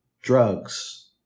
drugs